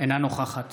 אינה נוכחת